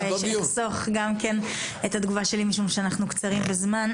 אחסוך גם את התגובה שלי משום שאנחנו קצרים בזמן.